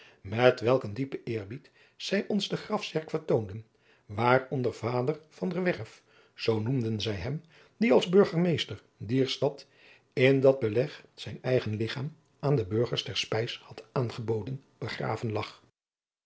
met welk een diepen eerbied zij ons de grafzerk vertoonden waaronder vader van der werf zoo noemden zij hem die als burgemeester dier stad in dat beleg zijn eigen ligchaam aan de burgers ter spijs had aangeboden begraven lag